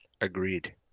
Agreed